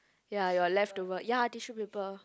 ya your leftover ya tissue paper